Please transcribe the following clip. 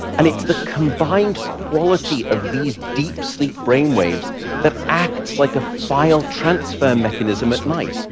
and it's the combined quality of these deep-sleep brainwaves that acts like a file-transfer mechanism at night,